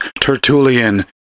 Tertullian